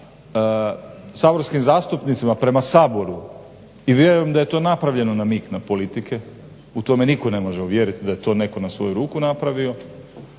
saborskim zastupnicima, prema Saboru. I vjerujem da je to napravljeno na mig politike, u to me nitko ne može uvjeriti da je to netko na svoju ruku napravio.